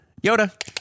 Yoda